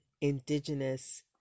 indigenous